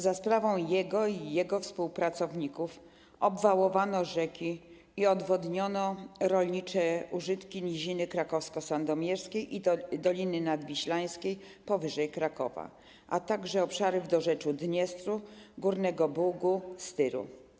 Za sprawą jego i jego współpracowników obwałowano rzeki i odwodniono rolnicze użytki niziny krakowsko-sandomierskiej i Doliny Nadwiślańskiej powyżej Krakowa, a także obszary w dorzeczu Dniestru, górnego Bugu, Styru.